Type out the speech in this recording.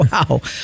Wow